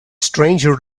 stranger